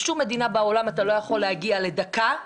בשום מדינה בעולם אתה לא יכול להגיע לדקה,